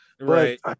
Right